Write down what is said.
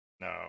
No